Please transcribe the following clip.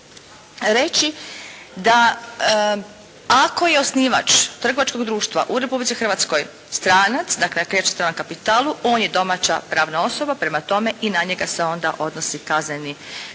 reći, da ako je osnivač trgovačkog društva u Republici Hrvatskoj stranac, dakle ako je riječ o stranom kapitalu, on je domaća pravna osoba, prema tome i na njega se onda odnosi kazneni